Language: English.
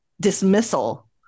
dismissal